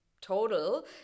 total